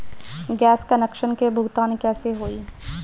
Gas connection के भुगतान कैसे होइ?